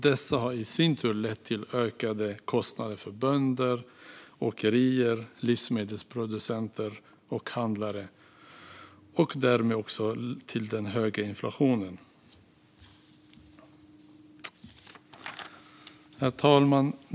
Detta har i sin tur lett till ökade kostnader för bönder, åkerier, livsmedelsproducenter och handlare och därmed också till den höga inflationen. Herr talman!